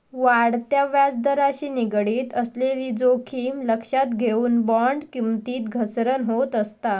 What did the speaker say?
वाढत्या व्याजदराशी निगडीत असलेली जोखीम लक्षात घेऊन, बॉण्ड किमतीत घसरण होत असता